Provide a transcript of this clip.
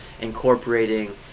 incorporating